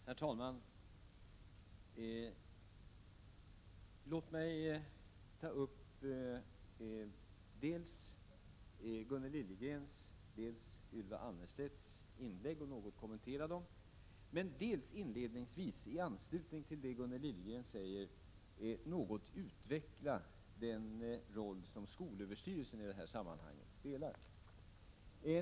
Herr talman! Låt mig något kommentera Gunnel Liljegrens och Ylva Annerstedts inlägg. Jag vill dock inledningsvis i anslutning till vad Gunnel Liljegren sade något utveckla den roll som skolöverstyrelsen spelar i detta sammanhang.